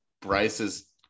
Bryce's